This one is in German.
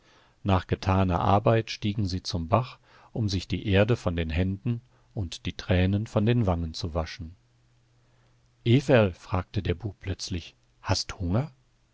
nach getaner arbeit stiegen sie zum bach um sich die erde von den händen und die tränen von den wangen zu waschen everl fragte der bub plötzlich hast hunger